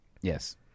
Yes